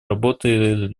работы